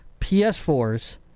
PS4s